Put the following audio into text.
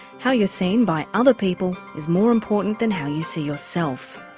how you're seen by other people is more important than how you see yourself.